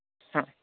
हा